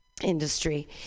industry